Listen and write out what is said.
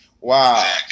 Wow